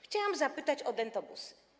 Chciałam zapytać o dentobusy.